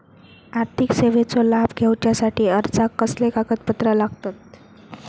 आर्थिक सेवेचो लाभ घेवच्यासाठी अर्जाक कसले कागदपत्र लागतत?